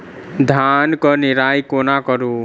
धान केँ निराई कोना करु?